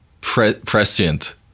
prescient